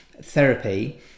therapy